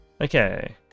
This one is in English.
Okay